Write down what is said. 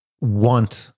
want